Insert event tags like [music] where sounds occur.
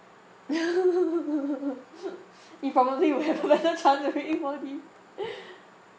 [laughs] he probably would have better chance [laughs] winning four D